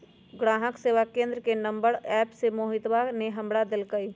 ग्राहक सेवा केंद्र के नंबर एप्प से मोहितवा ने हमरा देल कई